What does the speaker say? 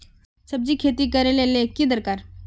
सब्जी खेती करले ले की दरकार?